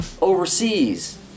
overseas